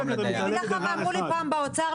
מיכאל, אגיד לך מה אמרו לי פעם במשרד האוצר: